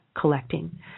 collecting